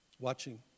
watching